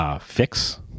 fix